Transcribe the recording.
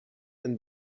and